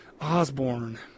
Osborne